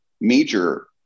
major